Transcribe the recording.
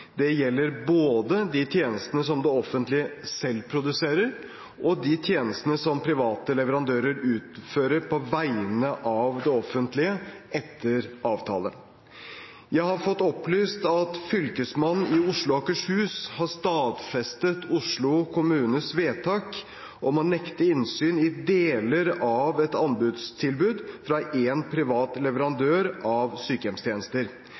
Det gjelder både de tjenestene som det offentlige selv produserer, og de tjenestene som private leverandører utfører på vegne av det offentlige etter avtale. Jeg har fått opplyst at Fylkesmannen i Oslo og Akershus har stadfestet Oslo kommunes vedtak om å nekte innsyn i deler av et anbudstilbud fra en privat leverandør av sykehjemstjenester.